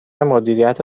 مدیریت